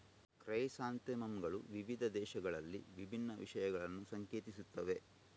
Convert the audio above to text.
chrysanthemum ಗಳು ವಿವಿಧ ದೇಶಗಳಲ್ಲಿ ವಿಭಿನ್ನ ವಿಷಯಗಳನ್ನು ಸಂಕೇತಿಸುತ್ತವೆ